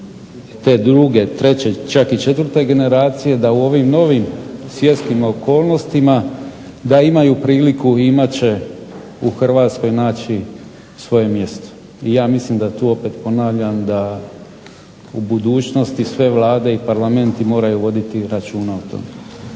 te druge, treće čak i četvrte generacije da u ovim novim svjetskim okolnostima da imaju priliku i imat će u Hrvatskoj naći svoje mjesto. I ja mislim da tu, opet ponavljam, da u budućnosti sve vlade i parlamenti moraju voditi računa o tome.